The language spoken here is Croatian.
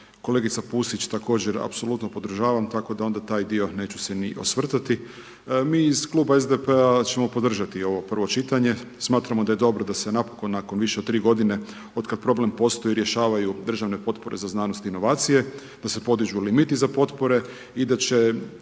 kolegica Pusić također apsolutno podržava, tako da onda taj dio neću se ni osvrtati. Mi iz kluba SDP-a ćemo podržati ovo prvo čitanje. Smatramo da je dobro da se napokon nakon više od tri godine od kada problem postoji rješavaju državne potpore za znanost i inovacije, da se podižu limiti za potpore i